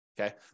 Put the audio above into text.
Okay